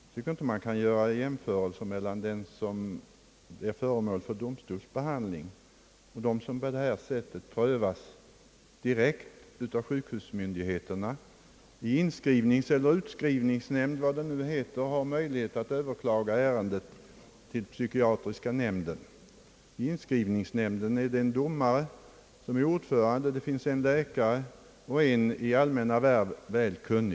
Jag anser inte att man bör göra jämförelser mellan de fall som är föremål för domstols behandling, och de fall som på detta sätt prövas direkt av sjukhusmyndigheterna och där vederbörande via inskrivningsnämnd eller utskrivningsnämnd har möjlighet att slutligen få ärendet prövat i psykiatriska nämnden. I inskrivningsnämnden är det en domare som är ordförande, där finns också en läkare och en i allmänna värv kunnig person.